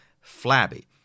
flabby